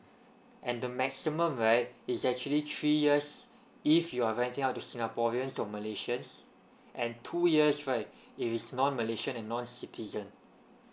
and the maximum right it's actually three years if you are renting out to singaporeans or malaysians and two years right if it's non malaysian and non citizen